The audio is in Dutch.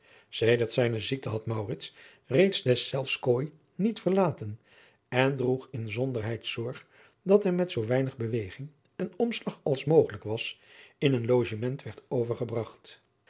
sedert zijne ziekte had maurits reeds deszelfs kooi niet verlaten en droeg inzonderheid zorg dat hij met zoo weinig beweging en omslag als mogelijk was in een logement werd overgebragt